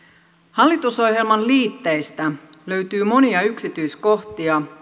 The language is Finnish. hallitusohjelman liitteistä löytyy monia yksityiskohtia